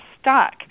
stuck